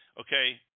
Okay